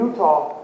Utah